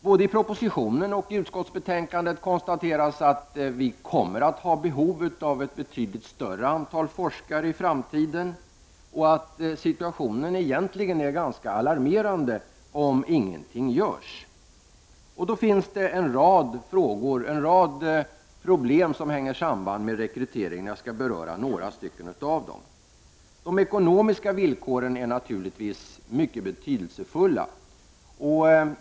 Både i propositionen och i utskottsbetänkandet konstateras att vi kommer att ha behov av ett betydligt större antal forskare i framtiden och att situationen egentligen kommer att bli ganska alarmerande om ingenting görs. Det finns en rad problem som hänger samman med rekryteringen, och jag skall beröra några av dem. De ekonomiska villkoren är naturligtvis mycket betydelsefulla.